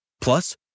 Plus